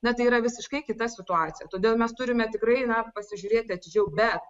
na tai yra visiškai kita situacija todėl mes turime tikrai na pasižiūrėti atidžiau bet